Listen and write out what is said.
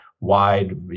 wide